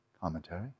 Commentary